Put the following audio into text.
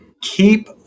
keep